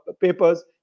papers